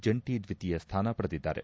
ಜಂಟಿ ದ್ವಿತೀಯ ಸ್ಥಾನ ಪಡೆದಿದ್ದಾರೆ